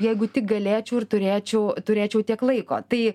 jeigu tik galėčiau ir turėčiau turėčiau tiek laiko tai